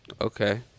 Okay